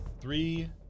three